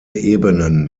ebenen